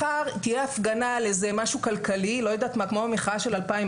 מחר תהיה הפגנה על איזה משהו כלכלי כמו המחאה של 2011,